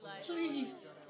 Please